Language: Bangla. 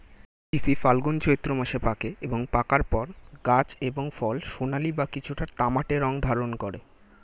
তিসি ফাল্গুন চৈত্র মাসে পাকে এবং পাকার পর গাছ এবং ফল সোনালী বা কিছুটা তামাটে রং ধারণ করে